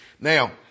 Now